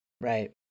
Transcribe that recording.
right